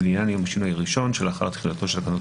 ולעניין יום השינוי הראשון שלאחר תחילתן של תקנת